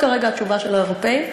זאת כרגע התשובה של האירופים,